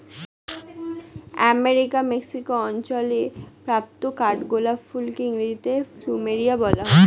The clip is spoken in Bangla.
আমেরিকার মেক্সিকো অঞ্চলে প্রাপ্ত কাঠগোলাপ ফুলকে ইংরেজিতে প্লুমেরিয়া বলা হয়